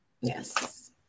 Yes